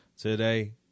today